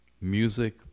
music